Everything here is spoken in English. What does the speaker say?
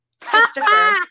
Christopher